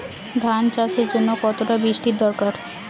ধান চাষের জন্য কতটা বৃষ্টির দরকার?